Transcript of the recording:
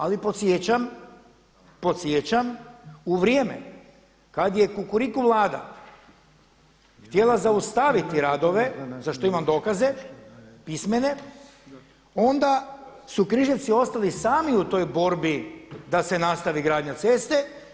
Ali podsjećam u vrijeme kad je kukuriku Vlada htjela zaustaviti radove za što imam dokaze pismene, onda su Križevci ostali sami u toj borbi da se nastavi gradnja ceste.